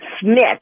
Smith